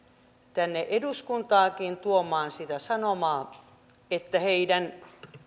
tänne eduskuntaankin tuomaan sitä sanomaa että heidän